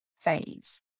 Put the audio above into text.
phase